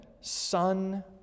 son